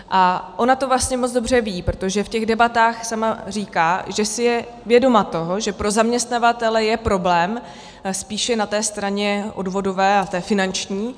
A ona to vlastně moc dobře ví, protože v těch debatách sama říká, že si je vědoma toho, že pro zaměstnavatele je problém spíše na té straně odvodové a té finanční.